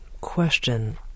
question